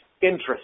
interest